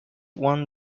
won